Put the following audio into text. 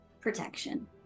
Protection